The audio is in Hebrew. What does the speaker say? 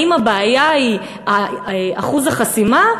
האם הבעיה היא אחוז החסימה,